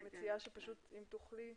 אני מציעה, אם תוכלי,